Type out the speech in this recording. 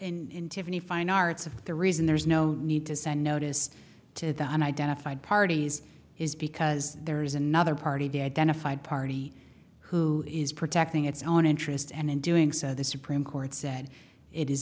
e in tiffany fine arts of the reason there is no need to send notice to the one identified parties is because there is another party the identified party who is protecting its own interest and in doing so the supreme court said it is